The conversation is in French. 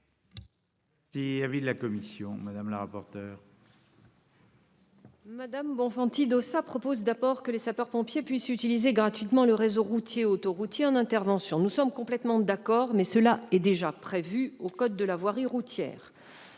est l'avis de la commission ? Mme Bonfanti-Dossat propose que les sapeurs-pompiers puissent utiliser gratuitement le réseau routier et autoroutier en intervention. Nous sommes complètement d'accord, mais cela est déjà prévu par le code de la voirie routière.